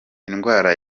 indwara